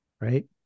right